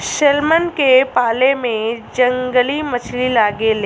salmon के पाले में जंगली मछली लागे ले